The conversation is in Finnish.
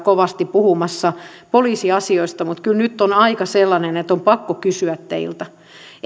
kovasti puhumassa poliisiasioista mutta kyllä nyt on aika sellainen että on pakko kysyä teiltä